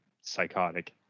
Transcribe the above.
psychotic